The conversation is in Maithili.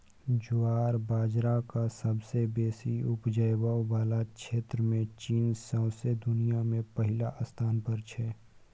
ज्वार बजराक सबसँ बेसी उपजाबै बला क्षेत्रमे चीन सौंसे दुनियाँ मे पहिल स्थान पर छै